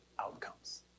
outcomes